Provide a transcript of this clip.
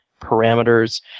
parameters